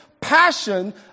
passion